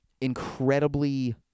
incredibly